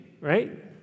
right